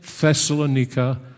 Thessalonica